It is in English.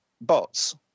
bots